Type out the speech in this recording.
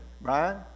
Brian